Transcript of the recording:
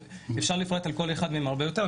אפשר לפרט על כל אחד מהם הרבה יותר.